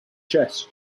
chest